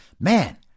Man